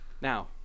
Now